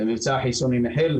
מבצע החיסונים החל,